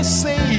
say